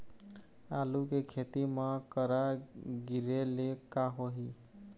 आलू के खेती म करा गिरेले का होही?